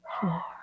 four